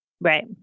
Right